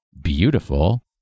beautiful